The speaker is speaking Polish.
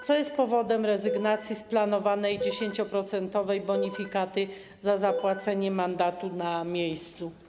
Co jest powodem rezygnacji z planowanej 10-procentowej bonifikaty za zapłacenie mandatu na miejscu?